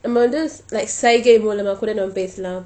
நம்ம வந்து:namma vanthu like சைகை மூலம் பேசலாம்